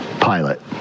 pilot